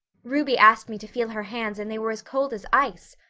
ruby asked me to feel her hands and they were as cold as ice.